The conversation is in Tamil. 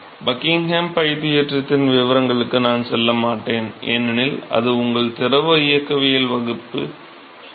பக்கிங்ஹாம் π தேற்றத்தின் விவரங்களுக்கு நான் செல்லமாட்டேன் ஏனெனில் அது உங்கள் திரவ இயக்கவியல் வகுப்பில் உள்ளது